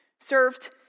served